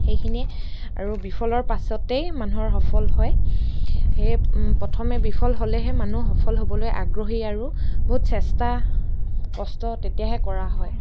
সেইখিনিয়ে আৰু বিফলৰ পাছতেই মানুহৰ সফল হয় সেয়ে প্ৰথমে বিফল হ'লেহে মানুহ সফল হ'বলৈ আগ্ৰহী আৰু বহুত চেষ্টা কষ্ট তেতিয়াহে কৰা হয়